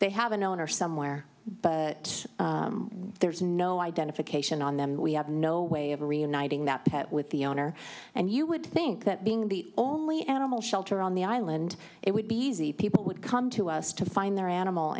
they have an owner somewhere but there's no identification on them and we have no way of reuniting that pet with the owner and you would think that being the only animal shelter on the island it would be easy people would come to us to find their animal